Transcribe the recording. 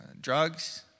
drugs